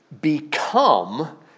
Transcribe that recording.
become